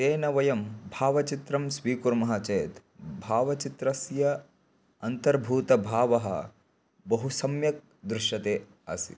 तेन वयं भावचित्रं स्वीकुर्मः चेत् भावचित्रस्य अन्तर्भूतभावः बहु सम्यक् दृश्यते आसीत्